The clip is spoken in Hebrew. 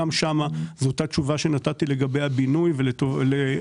גם שם זה אותה תשובה שנתתי לגבי הבינוי ולגבי